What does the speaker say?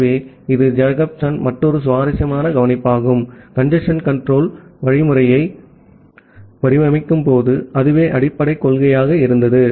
ஆகவே இது ஜேக்கப்சனின் மற்றொரு சுவாரஸ்யமான கவனிப்பாகும் கஞ்சேஸ்ன் கன்ட்ரோல் புரோட்டோகால்யை வடிவமைக்கும் போது அதுவே அடிப்படைக் கொள்கையாக இருந்தது